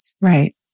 Right